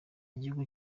gihugu